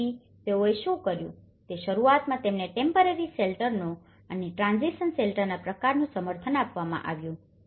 તેથી તેઓએ શું કર્યું તે શરૂઆતમાં તેમને ટેમ્પરરી સેલ્ટરનો અને ટ્રાન્ઝીશન સેલ્ટરના પ્રકારનું સમર્થન આપવામાં આવ્યું છે